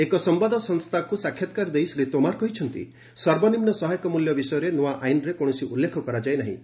ଏକ ସମ୍ଭାଦ ସଂସ୍ଥାକୁ ସାକ୍ଷାତ୍କାର ଦେଇ ଶ୍ରୀ ତୋମାର କହିଛନ୍ତି ସର୍ବନିମ୍ନ ସହାୟକ ମୂଲ୍ୟ ବିଷୟରେ ନୂଆ ଆଇନ୍ରେ କୌଣସି ଉଲ୍ଲେଖ କରାଯାଇନାହିଁ